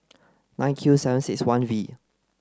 nine Q seven six one V